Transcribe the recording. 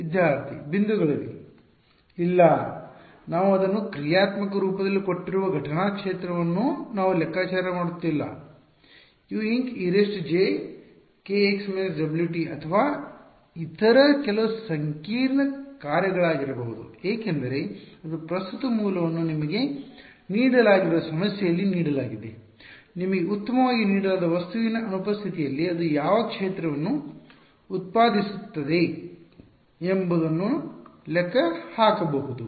ವಿದ್ಯಾರ್ಥಿ ಬಿಂದುಗಳಿವೆ ಇಲ್ಲ ನಾವು ಅದನ್ನು ಕ್ರಿಯಾತ್ಮಕ ರೂಪದಲ್ಲಿ ಕೊಟ್ಟಿರುವ ಘಟನಾ ಕ್ಷೇತ್ರವನ್ನು ನಾವು ಲೆಕ್ಕಾಚಾರ ಮಾಡುತ್ತಿಲ್ಲ Uinc ejkx−ωt ಅಥವಾ ಇತರ ಕೆಲವು ಸಂಕೀರ್ಣ ಕಾರ್ಯಗಳಾಗಿರಬಹುದು ಏಕೆಂದರೆ ಅದು ಪ್ರಸ್ತುತ ಮೂಲವನ್ನು ನಿಮಗೆ ನೀಡಲಾಗಿರುವ ಸಮಸ್ಯೆಯಲ್ಲಿ ನೀಡಲಾಗಿದೆ ನಿಮಗೆ ಉತ್ತಮವಾಗಿ ನೀಡಲಾದ ವಸ್ತುವಿನ ಅನುಪಸ್ಥಿತಿಯಲ್ಲಿ ಅದು ಯಾವ ಕ್ಷೇತ್ರವನ್ನು ಉತ್ಪಾದಿಸುತ್ತದೆ ಎಂಬುದನ್ನು ಲೆಕ್ಕಹಾಕಬಹುದು